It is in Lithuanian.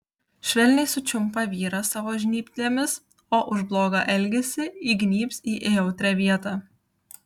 švelniai sučiumpa vyrą savo žnyplėmis o už blogą elgesį įgnybs į jautrią vietą